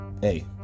hey